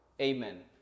Amen